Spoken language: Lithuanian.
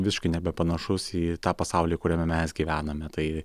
visiškai nebepanašus į tą pasaulį kuriame mes gyvename tai